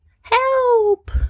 Help